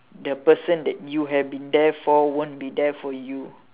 the person that you have been there for won't be there for you